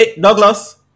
Douglas